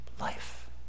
life